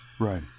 Right